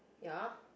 ya